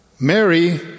Mary